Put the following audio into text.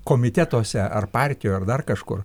komitetuose ar partijoj ar dar kažkur